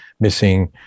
missing